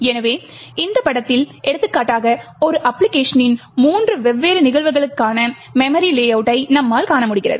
எனவே இந்த படத்தில் எடுத்துக்காட்டாக ஒரே அப்பிளிகேஷனின் மூன்று வெவ்வேறு நிகழ்வுகளுக்கான மெமரி லேஅவுட்டை நம்மால் காண முடிகிறது